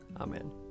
Amen